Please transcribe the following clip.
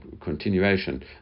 continuation